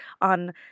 on